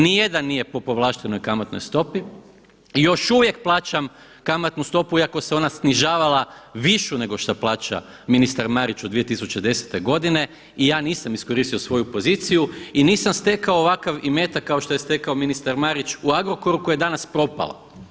Nijedan nije po povlaštenoj kamatnoj stopi, još uvijek plaćam kamatu stopu iako se ona snižavala višu nešto šta plaća ministar Marić u 2010. godine i ja nisam iskoristio svoju poziciju i nisam stekao ovakav imetak kao što je stekao ministar Marić u Agrokoru koji je danas propao.